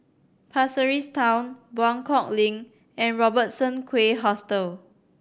Pasir Ris Town Buangkok Link and Robertson Quay Hostel